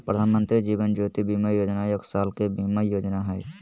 प्रधानमंत्री जीवन ज्योति बीमा योजना एक साल के बीमा योजना हइ